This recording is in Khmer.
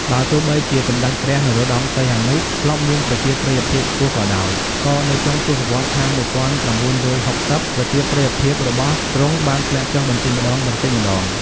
បើទោះបីជាសម្ដេចព្រះនរោត្តម សីហនុ ធ្លាប់មានប្រជាប្រិយភាពខ្ពស់ក៏ដោយ ក៏នៅចុងទសវត្សរ៍ឆ្នាំ ១៩៦០ ប្រជាប្រិយភាពរបស់ទ្រង់បានធ្លាក់ចុះបន្តិចម្តងៗ។